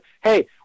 Hey